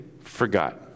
forgot